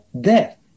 death